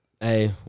Hey